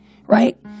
right